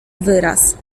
wyraz